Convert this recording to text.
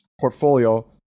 portfolio